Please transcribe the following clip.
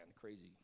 crazy